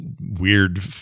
weird